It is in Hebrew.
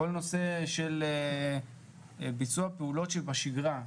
כל נושא של ביצוע פעולות שבשגרה,